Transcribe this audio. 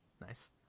Nice